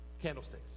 candlesticks